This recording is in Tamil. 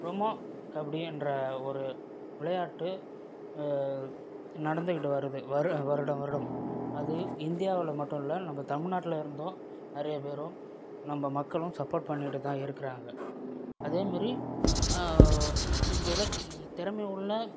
ப்ரொமோ கபடின்ற ஒரு விளையாட்டு நடந்துகிட்டு வருது வரு வருடா வருடம் அது இந்தியாவிலே மட்டுல்ல நம்ம தமிழ் நாட்டுலேருந்தும் நிறைய பேரும் நம் மக்களும் சப்போர்ட் பண்ணிகிட்டு தான் இருக்கிறாங்க அதே மாரி விள திறமையுள்ள